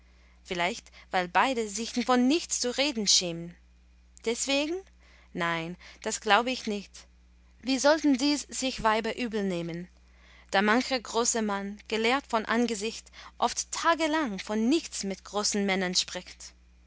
vielleicht weil beide sich von nichts zu reden schämen deswegen nein das glaub ich nicht wie sollten dies sich weiber übelnehmen da mancher große mann gelehrt von angesicht oft tagelang von nichts mit großen männern spricht